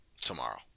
tomorrow